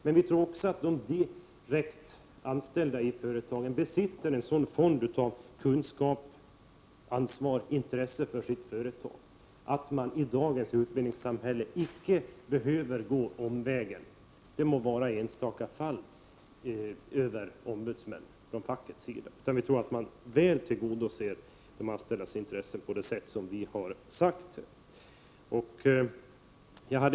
Men vi tror också att de som är direkt anställda i företagen i dagens utbildningssamhälle besitter en sådan fond av kunskaper, ansvar och intresse för sitt företag att man icke annat än i enstaka fall behöver gå omvägen över ombudsmän från facket. Vi tror att man väl tillgodoser de anställdas intressen på det sätt som vi har föreslagit.